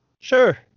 Sure